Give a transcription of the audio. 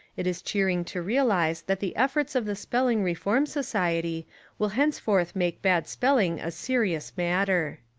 it is cheering to realise that the efforts of the spelling reform society will henceforth make bad spelling a serious matter.